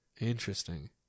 Interesting